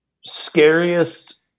scariest